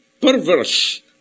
perverse